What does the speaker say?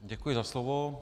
Děkuji za slovo.